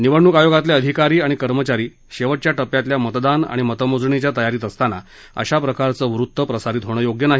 निवडणूक आयोगातले अधिकारी आणि कर्मचारी शेवटच्या टप्प्याच्या मतदानाच आणि मतमोजणीच्या तयारीत असतांना अशा प्रकारचं वृत प्रसारीत होण योग्य नाही